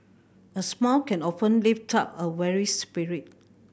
a smile can often lift up a weary spirit